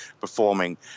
performing